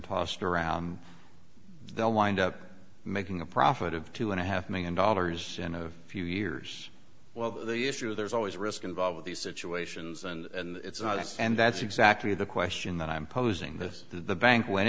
tossed around and they'll wind up making a profit of two and a half million dollars in a few years well the issue is there's always a risk involved with these situations and it's not and that's exactly the question that i'm posing this the bank went